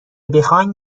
بخواین